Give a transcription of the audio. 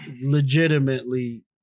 legitimately